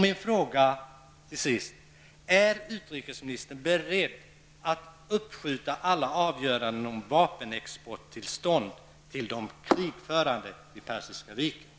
Min fråga till sist: Är utrikesministern beredd att uppskjuta alla avgöranden om tillstånd för vapenexport till de krigförande i Persiska viken?